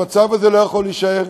המצב הזה לא יכול להישאר,